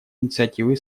инициативы